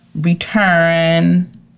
return